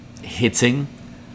hitting